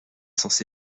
censé